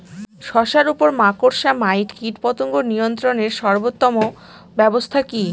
শশার উপর মাকড়সা মাইট কীটপতঙ্গ নিয়ন্ত্রণের সর্বোত্তম ব্যবস্থা কি?